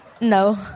No